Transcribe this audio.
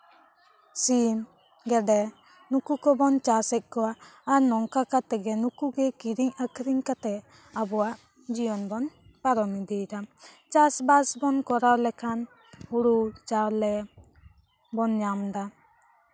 ᱥᱤᱢ ᱜᱮᱰᱮ ᱱᱩᱠᱩ ᱠᱚᱵᱚᱱ ᱪᱟᱥ ᱮᱜ ᱠᱚᱣᱟ ᱟᱨ ᱱᱚᱝᱠᱟ ᱠᱟᱛᱮᱜ ᱜᱮ ᱱᱩᱠᱩ ᱜᱮ ᱠᱤᱨᱤᱧ ᱟᱠᱷᱨᱤᱧ ᱠᱟᱛᱮᱜ ᱟᱵᱚᱣᱟᱜ ᱡᱤᱭᱚᱱ ᱵᱚᱱ ᱯᱟᱨᱚᱢ ᱤᱫᱤᱭ ᱫᱟ ᱪᱟᱥᱼᱵᱟᱥ ᱵᱚᱱ ᱠᱚᱨᱟᱣ ᱞᱮᱠᱷᱟᱱ ᱦᱳᱲᱳ ᱪᱟᱣᱞᱮ ᱵᱚᱱ ᱧᱟᱢᱫᱟ